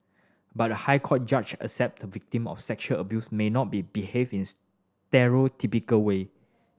but the High Court judge accept the victim of sexual abuse may not be behave in stereotypical way